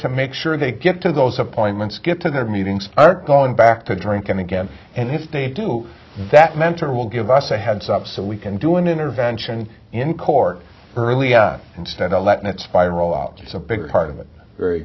to make sure they get to those appointments get to their meetings aren't going back to drinking again and if they do that mentor will give us a heads up so we can do an intervention in court earlier instead of letting it spiral out it's a big part of it very